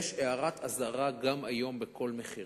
יש הערת אזהרה גם היום בכל מכירה.